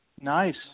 Nice